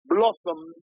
Blossomed